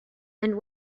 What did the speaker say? and